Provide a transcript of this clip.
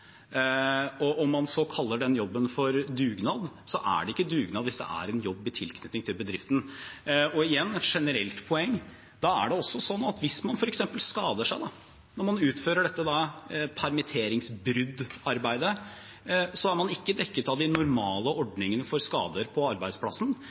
Om man så kaller den jobben for dugnad, er det ikke dugnad hvis det er en jobb i tilknytning til bedriften. Igjen som et generelt poeng er det også sånn at hvis man f.eks. skader seg mens man utfører dette permitteringsbruddarbeidet, er man ikke dekket av de normale